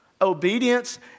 Obedience